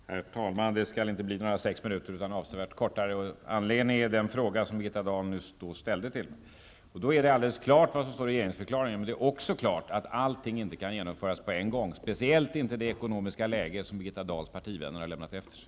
Herr talman! Jag skall inte ta i anspråk sex minuter utan skall göra ett avsevärt kortare inlägg med anledning av den fråga som Birgitta Dahl nyss ställde till mig. Det är alldeles klart vad som står i regeringsdeklarationen, men också att allting inte kan genomföras på en gång, speciellt inte i det ekonomiska läge som Birgitta Dahls partivänner har lämnat efter sig.